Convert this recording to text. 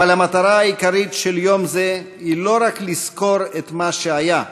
אבל המטרה העיקרית של יום זה היא לא רק לזכור את מה שהיה,